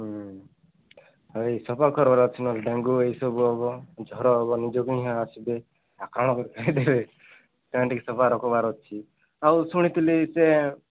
ହଁ ହଉ ଏଇ ସଫା କରିବାର ଅଛି ନହେଲେ ଡେଙ୍ଗୁ ଏଇସବୁ ହେବ ଜର ହେବ ନିଜକୁ ହିଁ ଆସିବ ସଫା ରଖିବାର ଅଛି ଆଉ ଶୁଣିଥିଲି ସେ